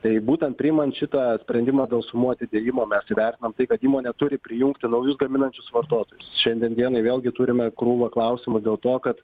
tai būtent priimant šitą sprendimą dėl sumų atidėjimo mes įvertinom tai kad įmonė turi prijungti naujus gaminančius vartotojus šiandien dienai vėlgi turime krūvą klausimų dėl to kad